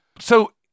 So-